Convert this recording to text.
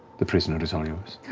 the prisoner is all yours.